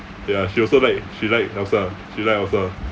ya she also like she like elsa she like elsa